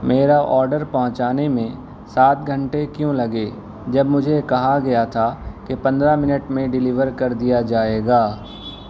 میرا آڈر پہنچانے میں سات گھنٹے کیوں لگے جب مجھے کہا گیا تھا کہ پندرہ منٹ میں ڈیلیور کر دیا جائے گا